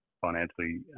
financially